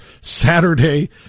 Saturday